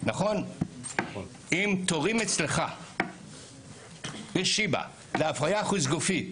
אם תורים אצלך להפריה חוץ גופית